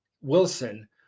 Wilson